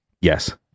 Yes